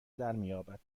درمیابد